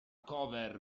cover